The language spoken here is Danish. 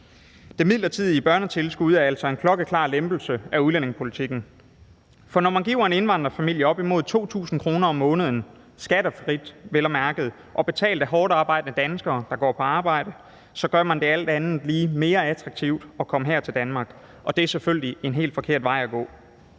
Det midlertidige børnetilskud er altså en klokkeklar lempelse af udlændingepolitikken, for når man giver en indvandrerfamilie op imod 2.000 kr. om måneden – skattefrit, vel at mærke – betalt af hårdtarbejdende danskere, der går på arbejde, så gør man det alt andet lige mere attraktivt at komme her til Danmark, og det er selvfølgelig en helt forkert vej at gå.